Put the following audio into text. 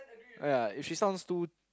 ya if she sounds too